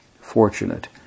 fortunate